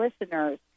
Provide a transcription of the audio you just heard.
listeners